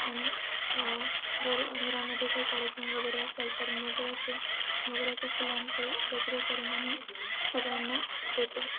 आनि जर घरामध्ये काही कार्यक्रम वगैरे असेल तर मोगऱ्याचे मोगऱ्याच्या फुलांचे गजरे करून आम्ही सगळ्यांना देतो